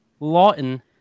Lawton